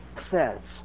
says